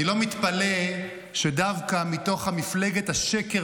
אני לא מתפלא שדווקא מתוך מפלגת השקר